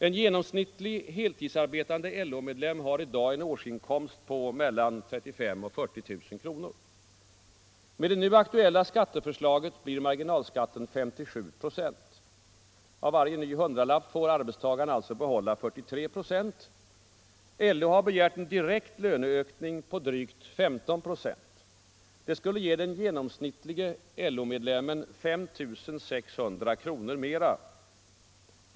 En genomsnittlig heltidsarbetande LO-medlem har i dag en årsinkomst på mellan 35 000 och 40 000 kronor. Med det nu aktuella skatteförslaget blir marginalskatten 57 procent. Av varje ny hundralapp får arbetstagaren alltså behålla 43 procent. LO har begärt en direkt löneökning på drygt 15 procent. Detta skulie ge den genomsnittlige LO-medlemmen 5 600 kronor mera.